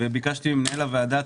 וביקשתי ממנהל הוועדה,